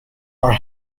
are